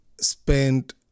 spent